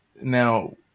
now